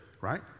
right